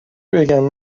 بگم